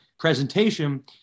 presentation